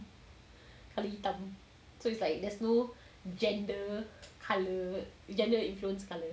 colour hitam so it's like there's no gender coloured gender influence colour